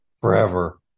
forever